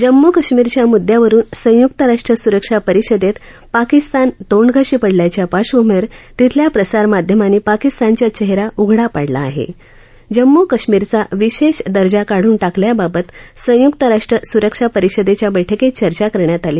जम्मू कश्मीरच्या मुददयावरून संयुक्त राष्ट्र सुरक्षा रिषदम्म ाकिस्तान तोंडघशी डल्याच्या ार्श्वभूमीवर तिथल्या प्रसारमाध्यमांनी ाकिस्तानचा चह्ररा उघडा ाडला आह जम्मू कश्मीरचा विशष्ठ दर्जा काढून टाकल्याबाबत संयुक्त राष्ट्र सुरक्षा रिषद या बैठकीत चर्चा करण्यात आली